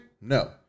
no